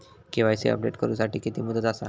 KYC update करू साठी किती मुदत आसा?